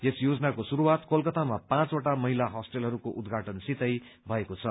यस योजनाको शुरूआत कोलकतामा पाँचवटा महिला होस्टेलहरूको उद्घाटनसितै भएको छ